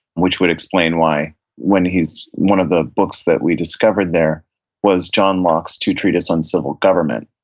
which would explain why when he's, one of the books that we discovered there was john locke's two treatises on civil government,